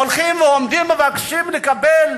הולכים ועומדים ומבקשים לקבל,